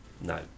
No